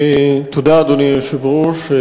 תודה, אדוני היושב-ראש.